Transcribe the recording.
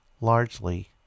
largely